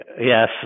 Yes